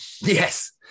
Yes